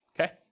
Okay